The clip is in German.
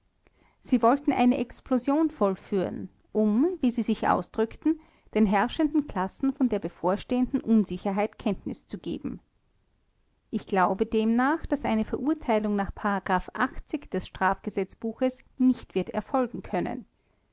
sie wollten eine explosion vollführen um wie sie sich ausdrückten den herrschenden klassen von der bevorstehenden unsicherheit kenntnis zu geben ich glaube demnach daß eine verurteilung nach des strafgesetzbuches nicht wird erfolgen können